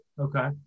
Okay